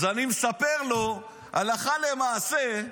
אז אני מספר לו הלכה למעשה,